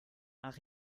ach